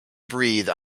breathe